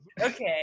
Okay